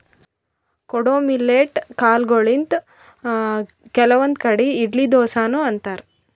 ಕೊಡೊ ಮಿಲ್ಲೆಟ್ ಕಾಲ್ಗೊಳಿಂತ್ ಕೆಲವಂದ್ ಕಡಿ ಇಡ್ಲಿ ದೋಸಾನು ಮಾಡ್ತಾರ್